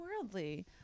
worldly